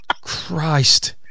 Christ